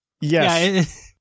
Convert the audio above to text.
Yes